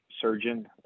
surgeon